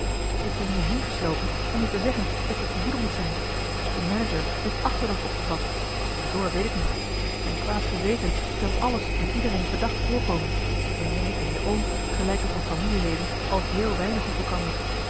ik ben hierheen geslopen om je te zeggen dat je op je hoede moet zijn de manager heeft achterdocht opgevat waardoor weet ik niet zijn kwaad geweten doet hem alles en iedereen verdacht voorkomen en jij en je oom gelijken voor familieleden al heel weinig op elkander